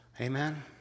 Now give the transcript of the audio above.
Amen